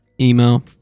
email